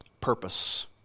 purpose